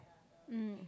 mm